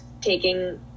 taking